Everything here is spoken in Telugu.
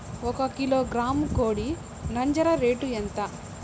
ఒక కిలోగ్రాము కోడి నంజర రేటు ఎంత?